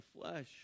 flesh